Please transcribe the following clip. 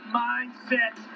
mindset